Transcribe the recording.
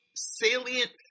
salient